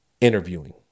Interviewing